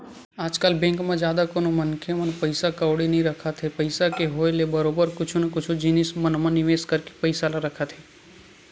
आजकल बेंक म जादा कोनो मनखे मन पइसा कउड़ी नइ रखत हे पइसा के होय ले बरोबर कुछु न कुछु जिनिस मन म निवेस करके पइसा ल रखत हे